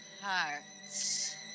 hearts